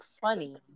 funny